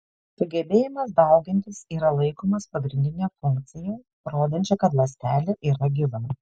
sugebėjimas daugintis yra laikomas pagrindine funkcija rodančia kad ląstelė yra gyva